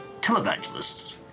televangelists